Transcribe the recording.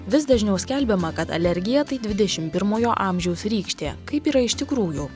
vis dažniau skelbiama kad alergija tai dvidešimt pirmojo amžiaus rykštė kaip yra iš tikrųjų